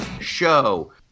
show